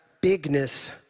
bigness